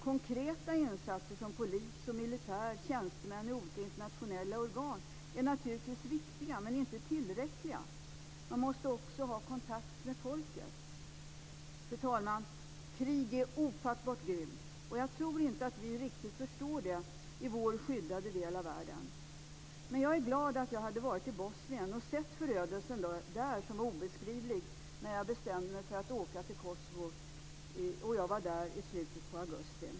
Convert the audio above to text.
Konkreta insatser som polis, militär och tjänstemän i olika internationella organ är naturligtvis viktiga men inte tillräckliga. Man måste också ha kontakt med folket. Fru talman! Krig är ofattbart grymt. Jag tror inte riktigt att vi förstår det i vår skyddade del av världen. Jag är glad att jag varit i Bosnien och sett förödelsen där, som var obeskrivlig, när jag bestämde mig för att åka till Kosovo. Jag var där i slutet av augusti.